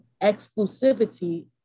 exclusivity